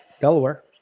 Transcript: Delaware